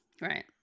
Right